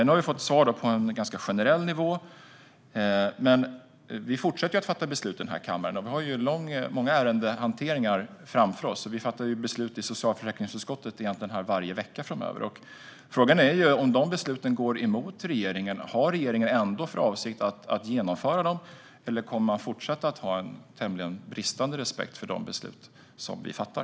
Nu har vi fått svar på en ganska generell nivå, men vi fortsätter ju att fatta beslut här i kammaren, och vi har många ärendehanteringar framför oss. Vi fattar ju beslut i socialförsäkringsutskottet egentligen varje vecka framöver, och frågan är: Om dessa beslut går emot regeringen, har regeringen ändå för avsikt att genomföra dem, eller kommer man att fortsätta visa en tämligen bristande respekt för de beslut vi fattar?